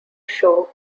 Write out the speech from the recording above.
show